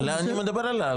אני מדבר על העלאה.